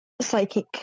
psychic